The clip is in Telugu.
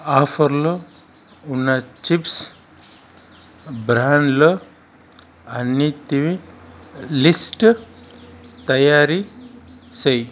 ఆఫర్లు ఉన్న చిప్స్ బ్రాండ్లు అన్నిటివి లిస్ట్ తయారీ చెయ్యి